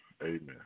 Amen